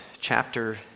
chapter